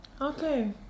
Okay